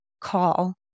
call